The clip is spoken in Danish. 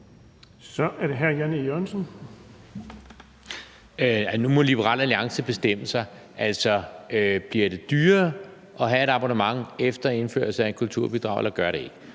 Kl. 11:04 Jan E. Jørgensen (V): Nu må Liberal Alliance bestemme sig. Bliver det dyrere at have et abonnement efter indførelse af et kulturbidrag, eller gør det ikke?